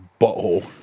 butthole